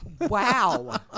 Wow